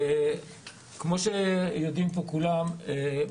כמו שיודעים פה כולם,